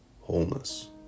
wholeness